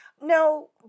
No